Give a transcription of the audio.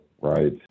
right